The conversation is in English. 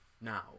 now